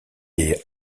est